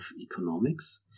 economics